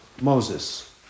Moses